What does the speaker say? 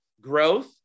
growth